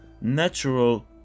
natural